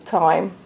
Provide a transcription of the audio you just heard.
time